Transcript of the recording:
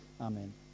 Amen